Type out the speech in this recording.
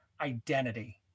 identity